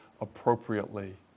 appropriately